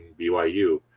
BYU